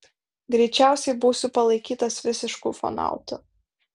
greičiausiai būsiu palaikytas visišku ufonautu